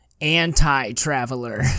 anti-traveler